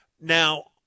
Now